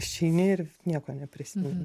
išeini ir nieko neprisimenu